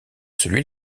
celui